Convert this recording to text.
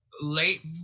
late